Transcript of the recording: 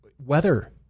Weather